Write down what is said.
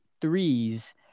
threes